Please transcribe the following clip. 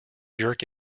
jerk